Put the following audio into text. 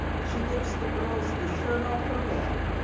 she gives the girls the shirt off her back,